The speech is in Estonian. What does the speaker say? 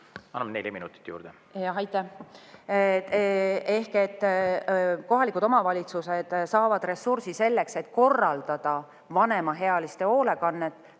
Annan neli minutit juurde.